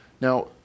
Now